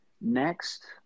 Next